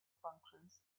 functions